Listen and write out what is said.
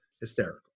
hysterical